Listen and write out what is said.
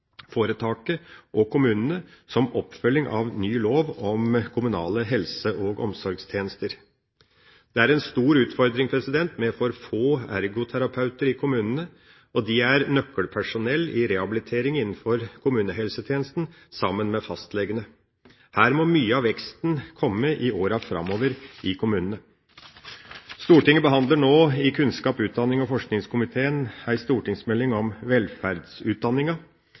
og kommunene, som oppfølging av ny lov om kommunale helse- og omsorgstjenester. Det er en stor utfordring med for få ergoterapeuter i kommunene. De er nøkkelpersonell i rehabilitering innenfor kommunehelsetjenesten sammen med fastlegene. Her må mye av veksten i kommunene komme i årene framover. Stortinget behandler nå – i kirke-, utdannings- og forskningskomiteen – en stortingsmelding om velferdsutdanninga.